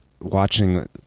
watching